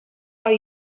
are